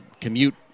commute